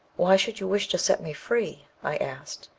why should you wish to set me free i asked.